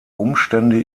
umstände